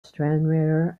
stranraer